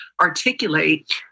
articulate